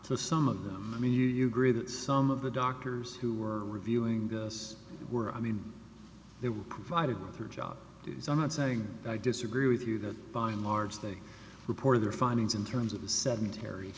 to some of them i mean you you agree that some of the doctors who are reviewing this were i mean there were provided with her job duties i'm not saying i disagree with you that by and large they reported their findings in terms of a sedentary